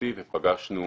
בראשותי ופגשנו